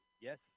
Yes